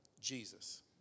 Jesus